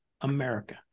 America